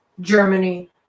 Germany